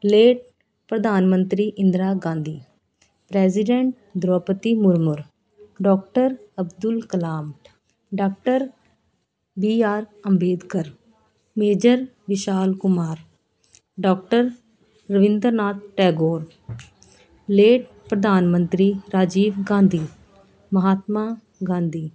late ਪ੍ਰਧਾਨ ਮੰਤਰੀ Indira Gandhi president Draupadi Murmu doctor Abdul Kalam doctor B R Ambedkar major Vishal Kumar doctor Rabindranath Tagore late ਪ੍ਰਧਾਨ ਮੰਤਰੀ ਰਾਜੀਵ ਗਾਂਧੀ ਮਹਾਤਮਾ ਗਾਂਧੀ